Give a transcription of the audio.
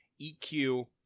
EQ